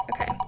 Okay